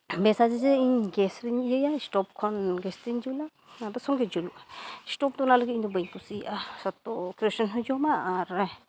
ᱵᱮᱥᱟ ᱡᱮ ᱤᱧ ᱜᱮᱥ ᱨᱤᱧ ᱤᱭᱟᱹᱭᱟ ᱥᱴᱳᱵᱷ ᱠᱷᱚᱱ ᱜᱮᱥ ᱛᱮᱧ ᱡᱩᱞᱟ ᱚᱱᱟ ᱫᱚ ᱥᱚᱸᱜᱮ ᱡᱩᱞᱩᱜᱼᱟ ᱥᱴᱳᱵᱷ ᱫᱚ ᱚᱱᱟ ᱞᱟᱹᱜᱤᱫ ᱤᱧ ᱫᱚ ᱵᱟᱹᱧ ᱠᱩᱥᱤᱭᱟᱜᱼᱟ ᱥᱚᱠᱛᱚ ᱠᱮᱨᱳᱥᱤᱱ ᱦᱚᱸᱭ ᱡᱚᱢᱟ ᱟᱨ